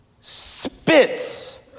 spits